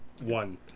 One